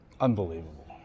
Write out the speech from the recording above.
Unbelievable